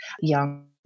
young